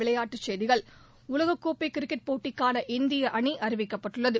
விளைபாட்டுச் செய்திகள் உலகக்கோப்பை கிரிக்கெட் போட்டிக்கான இந்திய அணி அறிவிக்கப்பட்டுள்ளது